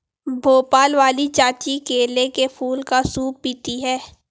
भोपाल वाली चाची केले के फूल का सूप पीती हैं